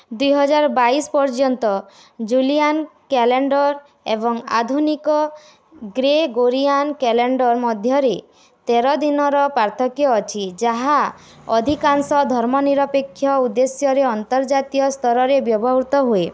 ଦୁଇହଜାର ବାଇଶ ପର୍ଯ୍ୟନ୍ତ ଜୁଲିଆନ୍ କ୍ୟାଲେଣ୍ଡର୍ ଏବଂ ଆଧୁନିକ ଗ୍ରେଗୋରିଆନ୍ କ୍ୟାଲେଣ୍ଡର୍ ମଧ୍ୟରେ ତେର ଦିନର ପାର୍ଥକ୍ୟ ଅଛି ଯାହା ଅଧିକାଂଶ ଧର୍ମନିରପେକ୍ଷ ଉଦ୍ଦେଶ୍ୟରେ ଅନ୍ତର୍ଜାତୀୟ ସ୍ତରରେ ବ୍ୟବହୃତ ହୁଏ